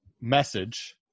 message